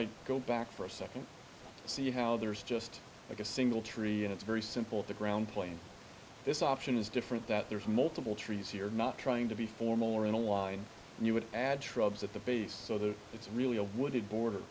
i go back for a second to see how there is just like a single tree and it's very simple the ground plane this option is different that there are multiple trees here not trying to be formal or in a line and you would add shrubs at the base so that it's really a wooded border